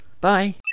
Bye